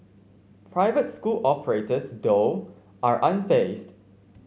private school operators though are unfazed